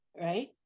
right